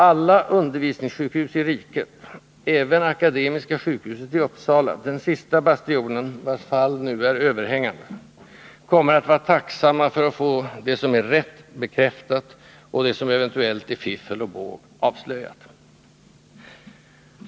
Alla undervisningssjukhus i riket — även Akademiska sjukhuset i Uppsala, den sista bastionen, vars fall nu är överhängande — kommer att vara tacksamma för att få det som är rätt bekräftat och det som eventuellt är fiffel och båg avslöjat.